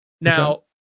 now